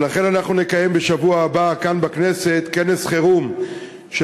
ולכן אנחנו נקיים בשבוע הבא כאן בכנסת כנס חירום של